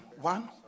one